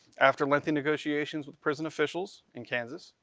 after lengthy negotiations with prison officials in kansas,